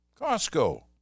Costco